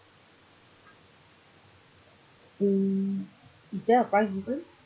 mm is there a price difference